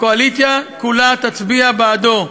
הקואליציה כולה תצביע בעדו.